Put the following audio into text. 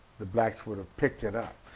the blacks would have picked it up.